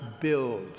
build